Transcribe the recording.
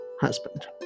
husband